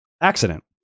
accident